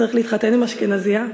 צריך להתחתן עם אשכנזייה?"